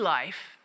Life